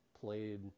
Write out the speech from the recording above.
played